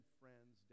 friends